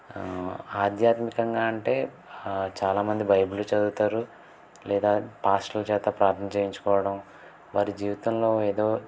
ఆధ్యాత్మికంగా అంటే చాలామంది బైబిల్ చదువుతారు లేదా పాస్టర్ల చేత ప్రార్థన చెయ్యించుకోవడం వారి జీవితంలో ఏదో